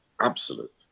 absolute